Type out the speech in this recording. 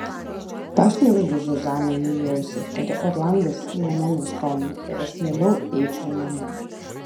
pašnibždu zuzanai į ausį kad orlandas ne mano skonio ir aš mieliau eičiau namo